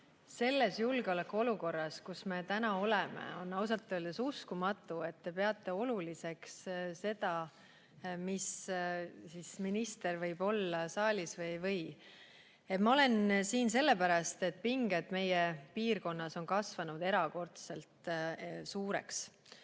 selles julgeolekuolukorras, kus me täna oleme, on ausalt öeldes uskumatu, et te peate oluliseks seda, milline minister võib olla saalis ja milline ei või. Ma olen siin sellepärast, et pinged meie piirkonnas on kasvanud erakordselt suureks.